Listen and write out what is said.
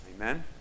Amen